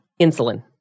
Insulin